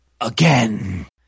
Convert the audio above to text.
Again